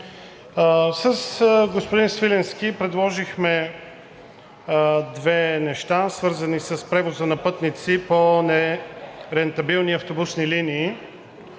С господин Свиленски предложихме две неща, свързани с превоза на пътници по нерентабилни автобусни линии,